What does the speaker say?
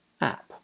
app